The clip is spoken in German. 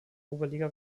oberliga